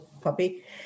puppy